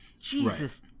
Jesus